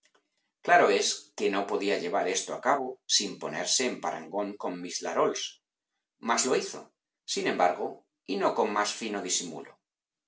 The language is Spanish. claro es que no podía llevar esto a cabo sin ponerse en parangón con miss larolles mas lo hizo sin embargo y no con más fino disimulo